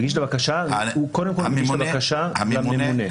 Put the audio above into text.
הוא קודם מגיש את הבקשה לממונה.